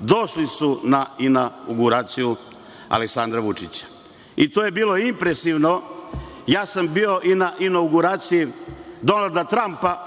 došli su na inauguraciju Aleksandra Vučića. To je bilo impresivno. Bio sam i na inauguraciji Donalda Trampa